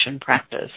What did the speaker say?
practice